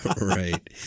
Right